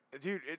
Dude